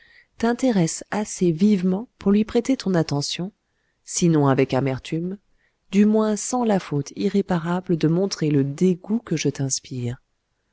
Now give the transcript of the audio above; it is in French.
t'intéresse assez vivement pour lui prêter ton attention sinon avec amertume du moins sans la faute irréparable de montrer le dégoût que je t'inspire